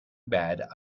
bad